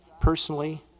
personally